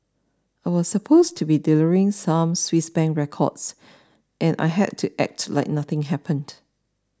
I was supposed to be delivering some Swiss Bank records and I had to act like nothing happened